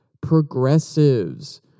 progressives